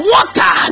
Water